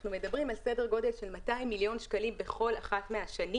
אנחנו מדברים על סדר-גודל של 200 מיליון שקלים בכל שנה,